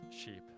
sheep